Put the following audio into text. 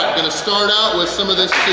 gonna start out with some of this